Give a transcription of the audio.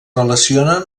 relacionen